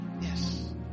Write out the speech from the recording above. Yes